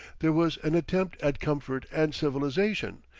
there was an attempt at comfort and civilization,